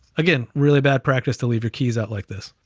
again, really bad practice to leave your keys out like this.